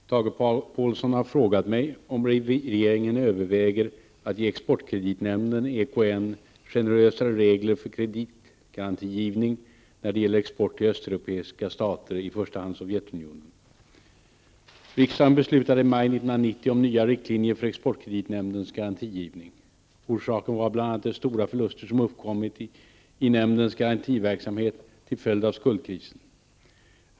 Herr talman! Tage Påhlsson har frågat mig om regeringen överväger att ge exportkreditnämnden generösare regler för kreditgarantigivning när det gäller export till östeuropeiska stater, i första hand Sovjetunionen. Riksdagen beslutade i maj 1990 om nya riktlinjer för exportkreditnämndens garantigivning. Orsaken var bl.a. de stora förluster som uppkommit i nämndens garantiverksamhet till följd av skuldkrisen.